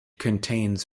contains